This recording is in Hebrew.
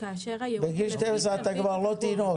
בגיל 12 אתה כבר לא תינוק.